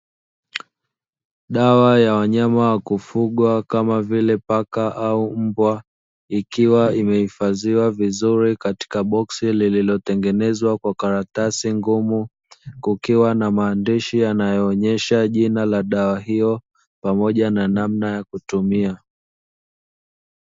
Dawa ya wanyama wa kufugwa kama vile paka au mbwa ikiwa imehifadhiwa vizuri katika boksi lililotengenezwa kwa karatasi ngumu, kukiwa na maandishi yanayo onesha jina la dawa hiyo, pamoja na namna ya kutumia.